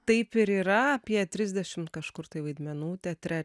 taip ir yra apie trisdešimt kažkur tai vaidmenų teatre